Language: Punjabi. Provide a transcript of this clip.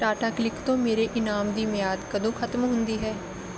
ਟਾਟਾ ਕਲਿਕ ਤੋਂ ਮੇਰੇ ਇਨਾਮ ਦੀ ਮਿਆਦ ਕਦੋਂ ਖਤਮ ਹੁੰਦੀ ਹੈ